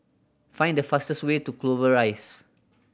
find the fastest way to Clover Rise